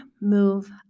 move